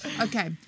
Okay